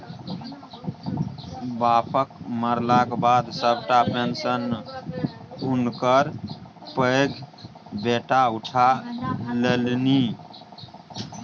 बापक मरलाक बाद सभटा पेशंन हुनकर पैघ बेटा उठा लेलनि